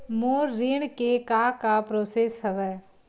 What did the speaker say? मोर ऋण के का का प्रोसेस हवय?